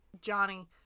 Johnny